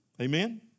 Amen